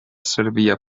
servia